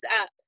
up